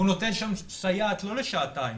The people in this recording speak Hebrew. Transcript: הוא נותן שם סייעת לא לשעתיים,